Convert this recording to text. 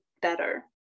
better